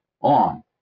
on